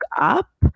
up